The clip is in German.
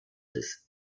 des